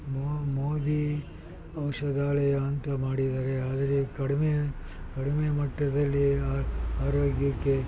ಮೋ ಮೋದಿ ವಂಶದ ಹಳೆಯ ಅಂತ ಮಾಡಿದ್ದಾರೆ ಆದರೆ ಕಡಿಮೆ ಕಡಿಮೆ ಮಟ್ಟದಲ್ಲಿ ಆರೋಗ್ಯಕ್ಕೆ